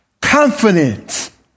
confidence